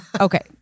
Okay